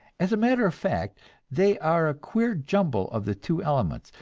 as a matter of fact they are a queer jumble of the two elements,